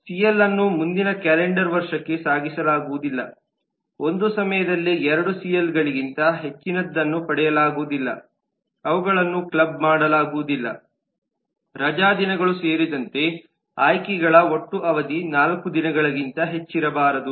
CL ಅನ್ನು ಮುಂದಿನ calendar ವರ್ಷಕ್ಕೆ ಸಾಗಿಸಲಾಗುವುದಿಲ್ಲಒಂದು ಸಮಯದಲ್ಲಿ ಎರಡು ಸಿಎಲ್ಗಳಿಗಿಂತ ಹೆಚ್ಚಿನದನ್ನು ಪಡೆಯಲಾಗುವುದಿಲ್ಲ ಅವುಗಳನ್ನು ಕ್ಲಬ್ ಮಾಡಲಾಗುವುದಿಲ್ಲ ರಜಾ ದಿನಗಳು ಸೇರಿದಂತೆ ಆಯ್ಕೆಗಳ ಒಟ್ಟು ಅವಧಿ ನಾಲ್ಕು ದಿನಗಳಿಗಿಂತ ಹೆಚ್ಚಿರಬಾರದು